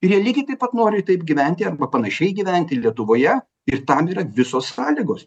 ir jie lygiai taip pat nori taip gyventi arba panašiai gyventi lietuvoje ir tam yra visos sąlygos